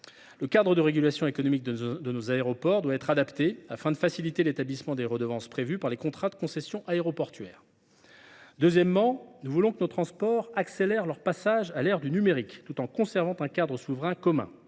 Le cadre de régulation économique de nos aéroports doit être amélioré, afin de favoriser la mise en œuvre des redevances prévues par les contrats de concession aéroportuaire. Ensuite, nous voulons que nos transports accélèrent leur passage à l’ère du numérique, tout en conservant un cadre souverain commun.